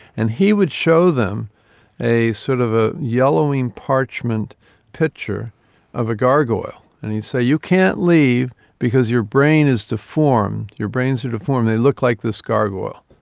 and he would show them sort of a yellowing parchment picture of a gargoyle. and he'd say, you can't leave because your brain is deformed, your brains are deformed, they look like this gargoyle.